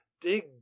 dig